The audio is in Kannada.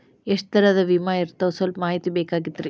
ಎಷ್ಟ ತರಹದ ವಿಮಾ ಇರ್ತಾವ ಸಲ್ಪ ಮಾಹಿತಿ ಬೇಕಾಗಿತ್ರಿ